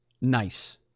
nice